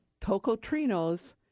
tocotrinos